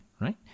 right